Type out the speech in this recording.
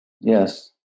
Yes